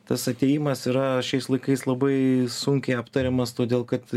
tas atėjimas yra šiais laikais labai sunkiai aptariamas todėl kad